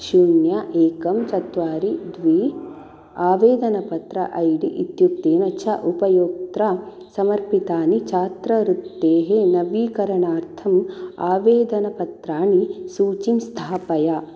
शून्य एकम् चत्वारि द्वि आवेदनपत्र ऐ डी इत्युक्तेन च उपयोक्त्रा समर्पितानि छात्रऋत्तेः नवीकरणार्थं आवेदनपत्राणि सूचीं स्थापय